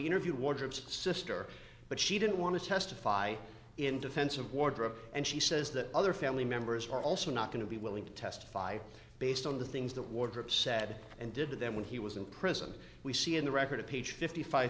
interview wardrobe's sister but she didn't want to testify in defense of wardrobe and she says that other family members are also not going to be willing to testify based on the things that wardrop said and did them when he was in prison we see in the record of page fi